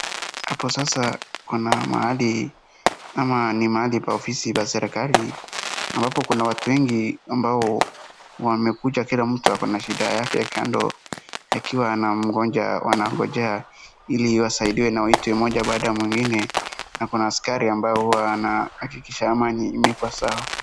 Hapo sasa kuna mahali ama ni mahali pa ofisi serikali. Ambapo kuna watu wengi ambao wamekuja kila mtu ako na shida yake kando akiwa na mgonjwa wanagojea ili wasaidiwe na waitiwe mmoja baada ya mwingine na askari ambaye huwa anahakikisha laini ipo sawa.